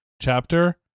chapter